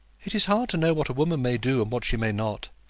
it is hard to know what a woman may do, and what she may not.